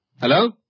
Hello